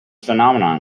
phenomenon